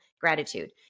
gratitude